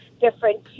different